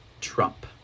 Trump